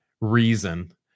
reason